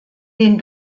den